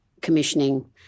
commissioning